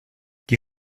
die